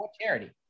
charity